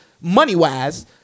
money-wise